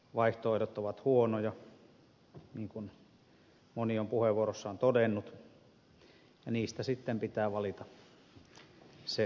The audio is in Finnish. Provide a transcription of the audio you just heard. vaihtoehdot ovat huonoja niin kuin moni on puheenvuorossaan todennut ja niistä sitten pitää valita se vähemmän huono